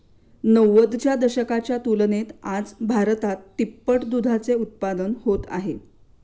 नव्वदच्या दशकाच्या तुलनेत आज भारतात तिप्पट दुधाचे उत्पादन होत आहे